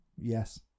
Yes